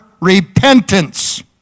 repentance